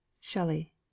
Shelley